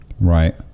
Right